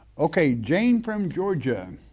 okay, jane from georgia,